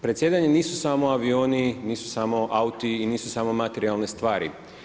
Predsjedanja nisu samo avioni, nisu samo auti i nisu samo materijalne stvari.